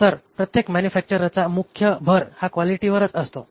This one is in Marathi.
तर प्रत्येक मॅन्युफॅक्चररचा मुख्य भर हा क्वालिटीवरच असतो